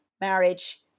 marriage